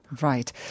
Right